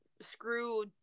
screw